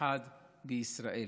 אחד בישראל.